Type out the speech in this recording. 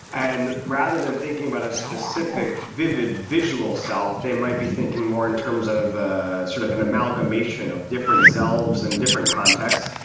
and rather than thinking about a specific vivid visual self there might be thinking more in terms of ah sort of an amalgamation of different selves and different contexts,